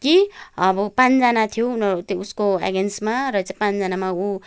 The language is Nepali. कि अब पाँचजना थियो उनीहरू त्यो उसको एगेन्स्टमा र चाहिँ पाँचजनामा उ